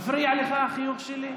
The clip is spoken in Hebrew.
מפריע לך החיוך שלי?